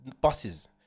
buses